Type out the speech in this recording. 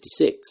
1966